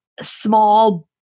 small